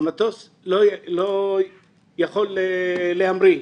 המטוס לא יכול להמריא.